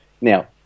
Now